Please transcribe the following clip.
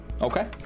Okay